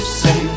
say